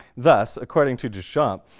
thus, according to duchamp,